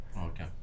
Okay